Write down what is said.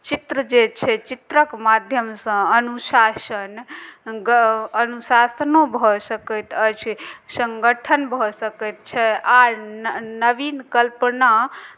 चित्र जे छै चित्रक माध्यमसँ अनुशासन ग् अनुशासनो भऽ सकैत अछि सङ्गठन भऽ सकैत छै आर न नवीन कल्पना